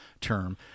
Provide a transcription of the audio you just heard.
term